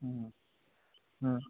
হুম হুম